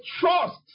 trust